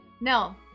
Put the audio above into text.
No